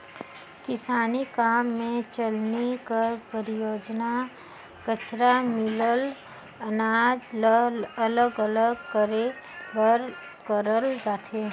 किसानी काम मे चलनी कर परियोग कचरा मिलल अनाज ल अलग अलग करे बर करल जाथे